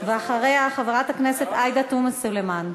אחריה, חברת הכנסת עאידה תומא סלימאן.